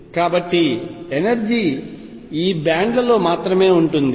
కాబట్టి ఎనర్జీ ఈ బ్యాండ్ లలో మాత్రమే ఉంటుంది